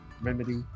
remedy